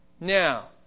Now